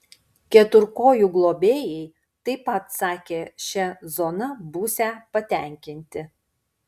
keturkojų globėjai taip pat sakė šia zona būsią patenkinti